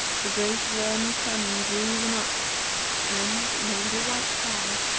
the great, warm sun drew them up and, in a little white cloud,